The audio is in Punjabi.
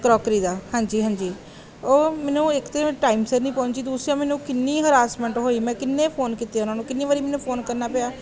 ਕਰੋਕਰੀ ਦਾ ਹਾਂਜੀ ਹਾਂਜੀ ਉਹ ਮੈਨੂੰ ਇੱਕ ਤਾਂ ਮੈਨੂੰ ਟਾਈਮ ਸਿਰ ਨਹੀਂ ਪਹੁੰਚੀ ਦੂਸਰਾ ਮੈਨੂੰ ਕਿੰਨੀ ਹਰਾਸਮੈਂਟ ਹੋਈ ਮੈਂ ਕਿੰਨੇ ਫੋਨ ਕੀਤੇ ਉਹਨਾਂ ਨੂੰ ਕਿੰਨੀ ਵਾਰ ਮੈਨੂੰ ਫੋਨ ਕਰਨਾ ਪਿਆ